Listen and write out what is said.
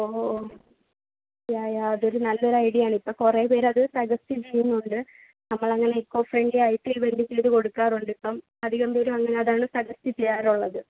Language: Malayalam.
ഓ ഓ യാ യാ അതൊരു നല്ലൊരു ഐഡിയ ആണ് ഇപ്പം കുറേ പേർ അത് സജസ്റ്റ് ചെയ്യുന്നുണ്ട് നമ്മൾ അങ്ങനെ എക്കോ ഫ്രണ്ട്ലി ആയിട്ട് ഇവെൻ്റ് ചെയ്ത് കൊടുക്കാറുണ്ട് ഇപ്പം അധികം പേരും അതാണ് സജസ്റ്റ് ചെയ്യാറുള്ളത്